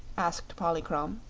asked polychrome.